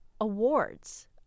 awards